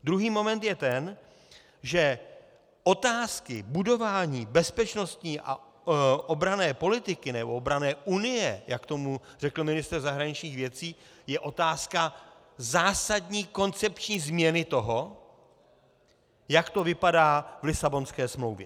Druhý moment je ten, že otázky budování bezpečnostní a obranné politiky, nebo obranné unie, jak tomu řekl ministr zahraničních věcí, je otázka zásadní koncepční změny toho, jak to vypadá v Lisabonské smlouvě.